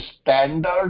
standard